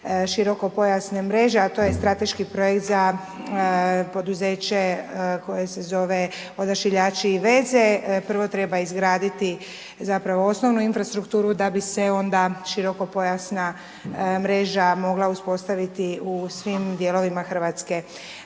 širokopojasne mreže, a to je strateški projekt za poduzeće koje se zove Odašiljači i veze. Prvo treba izgraditi zapravo osnovnu infrastrukturu da bi se onda širokopojasna mreža mogla uspostaviti u svim dijelovima RH.